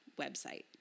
website